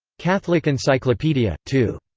catholic encyclopedia. two.